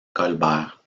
colbert